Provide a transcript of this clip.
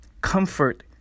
comfort